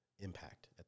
impact